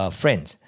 friends